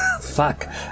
Fuck